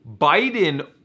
Biden